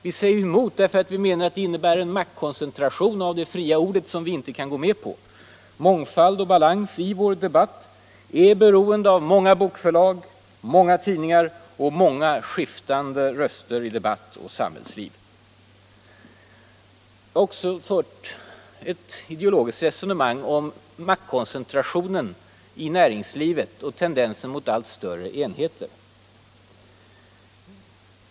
Vi säger emot, vi protesterar, eftersom vi anser att det innebär en maktkoncentration när det gäller det fria ordet som vi inte kan gå med på. Mångfald och balans i vår demokrati är beroende av många bokförlag, många tidningar och många skiftande röster i debatt och samhällsliv. Jag har också fört ett ideologiskt resonemang om maktkoncentrationen 153 Allmänpolitisk debatt i näringslivet och om tendensen mot allt större enheter.